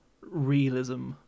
realism